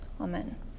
Amen